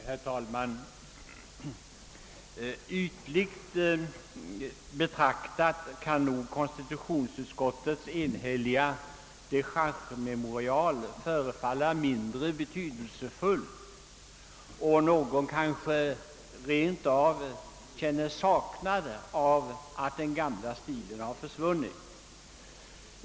Herr talman! Ytligt betraktat kan nog konstitutionsutskottets enhälliga dechargememorial förefalla mindre betydelsefullt, och någon kanske rent av känner saknad över att den gamla stilen försvunnit.